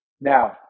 Now